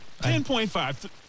10.5